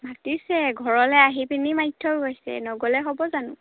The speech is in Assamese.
মাতিছে ঘৰলে আহি পিনি মাতিথৈ গৈছে নগ'লে হ'ব জানো